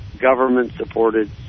government-supported